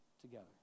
together